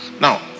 Now